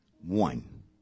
one